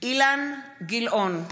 אילן גילאון,